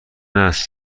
است